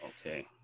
okay